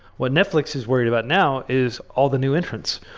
what netflix is worried about now is all the new entrants.